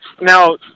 Now